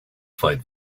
fight